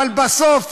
אבל בסוף,